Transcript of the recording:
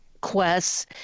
quests